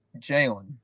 Jalen